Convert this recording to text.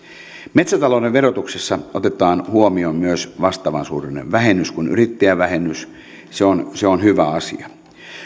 metsätalouden verotuksessa otetaan huomioon myös vastaavan suuruinen vähennys kuin yrittäjävähennys se on hyvä asia